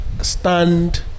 stand